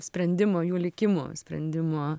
sprendimo jų likimo sprendimo